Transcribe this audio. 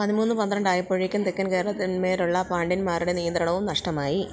പതിമൂന്ന് പന്ത്രണ്ട് ആയപ്പോഴേക്കും തെക്കൻ കേരളത്തിന്മേലുള്ള പാണ്ഡ്യന്മാരുടെ നിയന്ത്രണവും നഷ്ടമായി